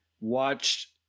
watched